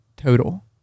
Total